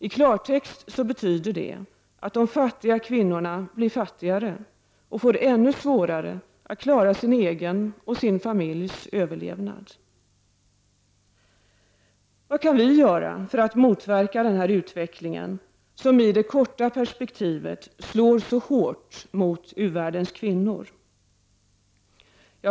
I klartext betyder det att de fattiga kvinnorna blir fattigare och får svårare att klara sin egen och sin familjs överlevnad. Vad kan vi göra för att motverka den här utvecklingen som i det korta perspektivet slår så hårt mot u-ländernas kvinnor?